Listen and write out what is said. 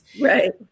Right